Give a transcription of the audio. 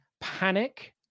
panic